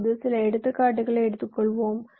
இப்போது சில எடுத்துக்காட்டுகளை எடுத்துக்கொள்வோம்